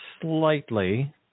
slightly